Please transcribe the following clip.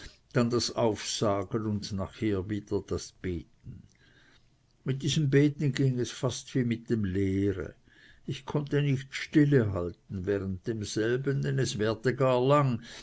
dann das aufsagen und nachher wieder das beten mit diesem beten ging es fast wie mit dem lere ich konnte nicht stillhalten während demselben denn es währte gar lang